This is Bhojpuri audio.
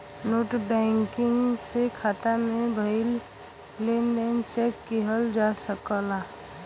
नेटबैंकिंग से खाता में भयल लेन देन चेक किहल जा सकला